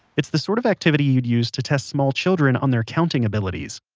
it's the sort of activity you'd use to test small children on their counting abilities.